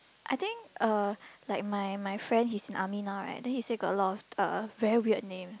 I think uh like my my friend he's in army now right then he say got a lot uh very weird names